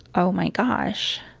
oh, my gosh.